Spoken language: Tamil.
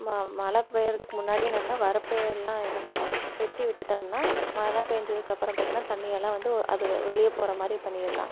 ம மழை பெய்கிறதுக்கு முன்னாடியே என்னென்னா வறப்பு எல்லாம் என்ன பண்ணனும்னால் வெட்டி விட்டுட்டோம்னா மழை பேஞ்சதுக்கு அப்புறம் பார்த்தீன்னா தண்ணியெல்லாம் வந்து அது வெளியே போகிற மாதிரி பண்ணிடலாம்